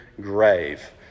grave